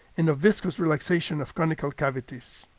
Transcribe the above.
and of viscous relaxation of conical cavities.